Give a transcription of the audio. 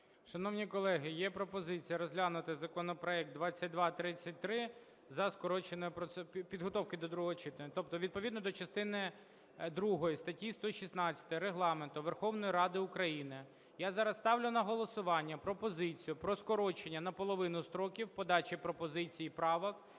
Шановні колеги, є пропозиція розглянути законопроект 2233 за скороченою… підготовки до другого читання. Тобто відповідно до частини другої статті 116 Регламенту Верховної Ради України, я зараз ставлю на голосування пропозицію про скорочення наполовину строків подачі пропозицій і правок